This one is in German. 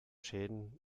schäden